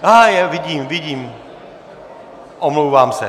Aha, je, vidím, vidím, omlouvám se.